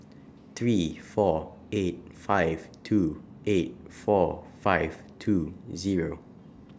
three four eight five two eight four five two Zero